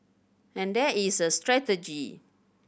and there is a strategy